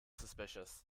suspicious